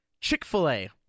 Chick-fil-A